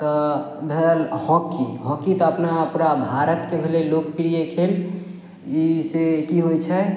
तऽ भेल hockey hockey तऽ अपना पूरा भारतके भेलय लोकप्रिय खेल ई सँ की होइ छै